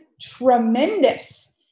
tremendous